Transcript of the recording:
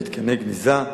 מתקני גניזה,